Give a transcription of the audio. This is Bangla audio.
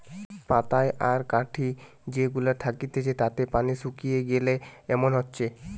পাতায় আর কাঠি যে গুলা থাকতিছে তাতে পানি শুকিয়ে গিলে এমন হচ্ছে